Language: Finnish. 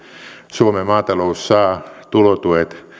suomen maatalous saa tulotuet